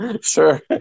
Sure